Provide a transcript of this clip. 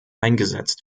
eingesetzt